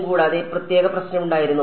കൂടാതെ ഒരു പ്രത്യേക പ്രശ്നമുണ്ടായിരുന്നോ